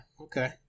okay